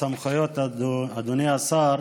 כבוד השר,